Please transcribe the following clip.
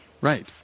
right